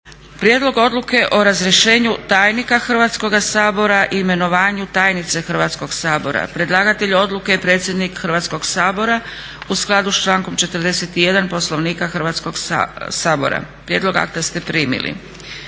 Prijedlog Odluke o razrješenju tajnika Hrvatskoga sabora i imenovanju tajnice Hrvatskoga sabora. Predlagatelj Odluke je predsjednik Hrvatskoga sabora, u skladu sa člankom 41. Poslovnika Hrvatskoga sabora. Prijedlog akta ste primili.